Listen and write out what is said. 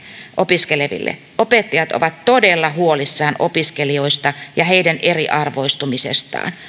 opiskeleville opettajat ovat todella huolissaan opiskelijoista ja heidän eriarvoistumisestaan